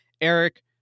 Eric